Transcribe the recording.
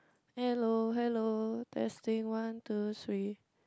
hello hello testing one two three